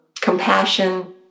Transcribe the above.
compassion